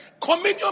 communion